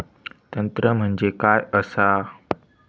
तंत्र म्हणजे काय असा?